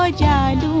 da da